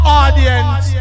audience